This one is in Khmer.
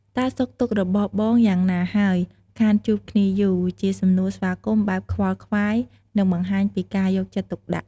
តើសុខទុក្ខរបស់បងយ៉ាងណាហើយ ខានជួបគ្នាយូរ? ជាសំណួរស្វាគមន៍បែបខ្វល់ខ្វាយ និង បង្ហាញពីការយកចិត្តទុកដាក់។